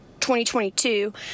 2022